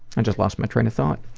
i just lost my train of thought.